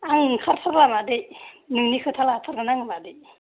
आं ओंखारथारला मादै नोंनि खोथा लाथारगोन आं मादै